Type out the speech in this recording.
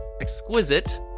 exquisite